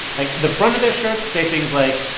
like, the front of their shirts say things like,